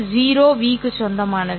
0 ́v க்கு சொந்தமானது